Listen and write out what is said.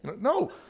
No